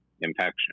infection